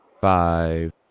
Five